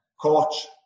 coach